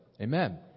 amen